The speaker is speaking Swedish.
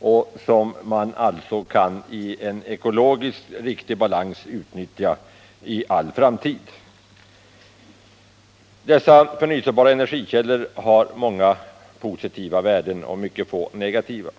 och som man alltså i en ekologiskt riktig balans kan utnyttja i all framtid. Dessa förnyelsebara energikällor har många positiva värden och mycket få negativa.